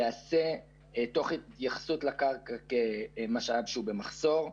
ייעשו תוך התייחסות לקרקע כמשאב שהוא במחסור,